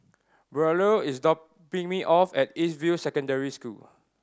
Braulio is dropping me off at East View Secondary School